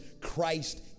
Christ